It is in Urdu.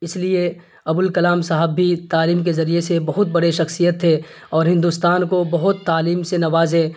اس لیے ابو الکلام صاحب بھی تعلیم کے ذریعے سے بہت بڑے شخصیت تھے اور ہندوستان کو بہت تعلیم سے نوازے